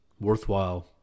worthwhile